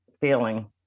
feeling